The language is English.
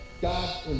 God